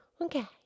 Okay